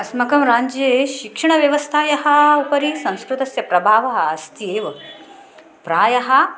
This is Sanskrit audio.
अस्माकं राज्ये शिक्षणव्यवस्थायाः उपरि संस्कृतस्य प्रभावः अस्ति एव प्रायः